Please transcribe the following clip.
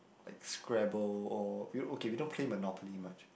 like Scrabble or we okay we don't play Monopoly much